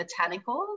botanicals